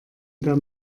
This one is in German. der